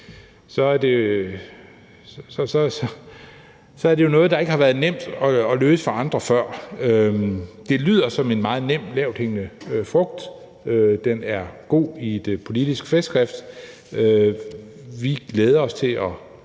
så er det jo noget, der ikke har været nemt at løse for andre før, og det lyder som en meget nem lavthængende frugt, den er god i det politiske festskrift. Vi glæder os til at